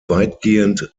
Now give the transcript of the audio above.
weitgehend